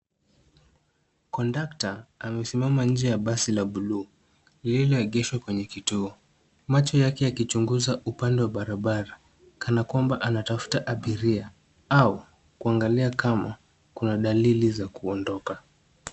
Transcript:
Kondakta amesimama nje ya basi la bluu lililoegeshwa kwenye kituo. Macho yake yakichuguza upande wa barabara kana kwamba anatafuata abiria au kuangalia kama kuna dalili za kuondoka.